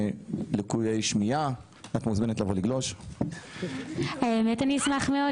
לקויי שמיעה את מוזמנת לבוא לגלוש --- האמת היא שאשמח מאוד.